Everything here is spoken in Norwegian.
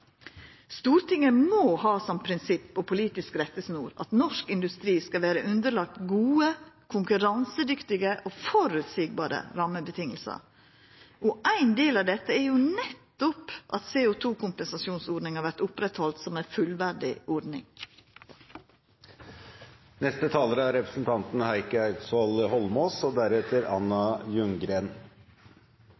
Stortinget må ha som et overordnet politisk prinsipp og som en politisk rettesnor at norsk industri skal underlegges gode, konkurransedyktige og forutsigbare rammebetingelser. En del av dette vil selvfølgelig være at CO2-kompensasjonsordningen opprettholdes som en fullverdig ordning i avtaleperioden til 2020. Det er